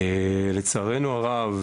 לצערנו הרב,